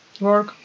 work